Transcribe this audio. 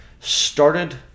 started